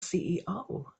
ceo